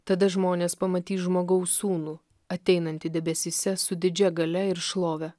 tada žmonės pamatys žmogaus sūnų ateinantį debesyse su didžia galia ir šlove